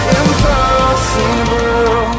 impossible